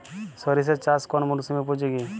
সরিষা চাষ কোন মরশুমে উপযোগী?